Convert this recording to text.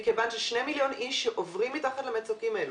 ל-2 מיליון איש שעוברים מתחת למצוקים האלו,